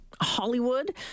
hollywood